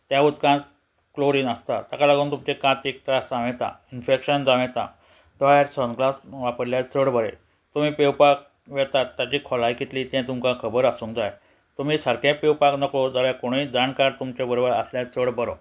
त्या उदकांत क्लोरीन आसता ताका लागून तुमचे कांतीक त्रास जावं येता इन्फॅक्शन जावं येता दोळ्यार सनग्लास वापरल्यार चड बरें तुमी पेंवपाक वेतात ताची खोलाय कितली तें तुमकां खबर आसूंक जाय तुमी सारकें पेंवपाक नकळो जाल्या कोणूय जाणकार तुमच्या बरोबर आसल्यार चड बरो